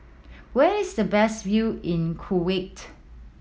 where is the best view in Kuwait